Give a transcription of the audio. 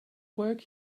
work